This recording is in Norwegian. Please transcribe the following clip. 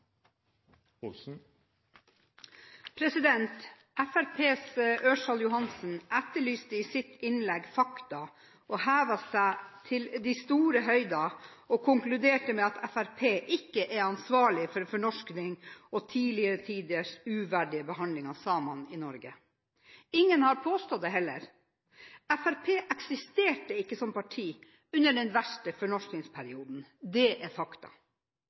omme. Fremskrittspartiets Ørsal Johansen etterlyste fakta i sitt innlegg. Han hevet seg til de store høyder og konkluderte med at Fremskrittspartiet ikke er ansvarlig for fornorskning og tidligere tiders uverdig behandling av samene i Norge. Ingen har påstått det, heller. Fremskrittspartiet eksisterte ikke som parti under den verste fornorskningsperioden. Det er fakta.